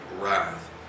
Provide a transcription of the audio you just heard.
wrath